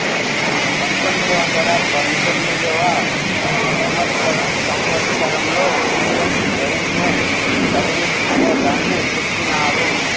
పంతొమ్మిది వందల పంతొమ్మిదివ సంవచ్చరంలో ఇండియన్ రెవిన్యూ సర్వీస్ అనే దాన్ని పెట్టినారు